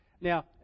Now